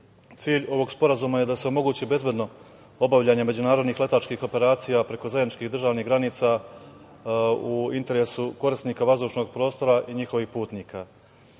BiH.Cilj ovog sporazuma je da se omogući bezbedno obavljanje međunarodnih letačkih operacija preko zajedničkih državnih granica u interesu korisnika vazdušnog prostora i njihovih putnika. Ni